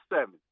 seven